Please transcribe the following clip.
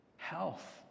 Health